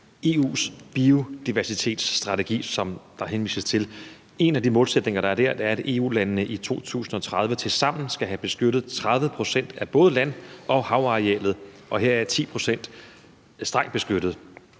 EU's biodiversitetsstrategi, som der henvises til. En af de målsætninger, der er dér, er, at EU-landene i 2030 tilsammen skal have beskyttet 30 pct. af både land- og havarealet, og heraf skal 10 pct. være strengt beskyttet.